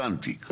הבנתי.